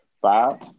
Five